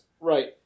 right